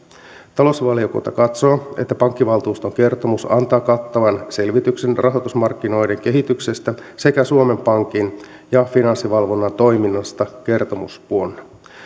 talousvaliokunta katsoo että pankkivaltuuston kertomus antaa kattavan selvityksen rahoitusmarkkinoiden kehityksestä sekä suomen pankin ja finanssivalvonnan toiminnasta kertomusvuonna